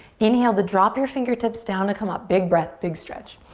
inhale to drop your fingertips down to come up. big breath, big stretch.